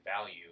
value